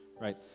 right